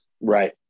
Right